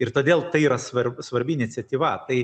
ir todėl tai yra svar svarbi iniciatyva tai